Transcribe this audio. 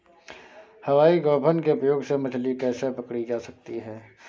हवाई गोफन के उपयोग से मछली कैसे पकड़ी जा सकती है?